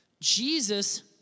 Jesus